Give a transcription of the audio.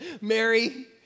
Mary